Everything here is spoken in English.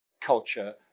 culture